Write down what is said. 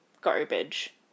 garbage